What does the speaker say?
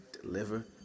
deliver